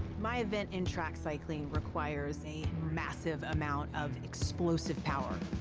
my event in track cycling requires a massive amount of explosive power.